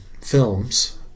films